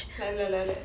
like the like that